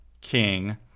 king